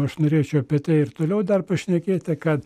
aš norėčiau apie tai ir toliau dar pašnekėti kad